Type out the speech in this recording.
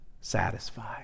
satisfied